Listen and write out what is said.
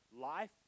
life